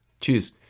Cheers